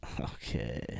Okay